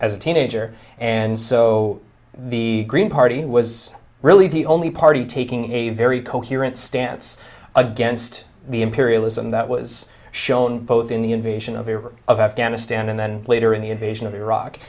as a teenager and so the green party was really the only party taking a very coherent stance against the imperialism that was shown both in the invasion of iraq of afghanistan and then later in the invasion of iraq